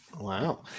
Wow